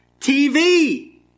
TV